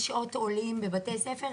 שעות עולים בבית הספר,